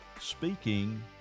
speaking